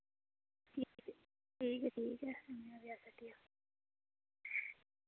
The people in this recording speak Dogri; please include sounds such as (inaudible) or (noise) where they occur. ठीक ऐ ठीक ऐ (unintelligible)